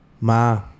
ma